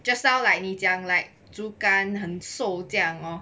just now like 你讲 like 竹竿很瘦这样 hor